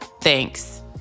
Thanks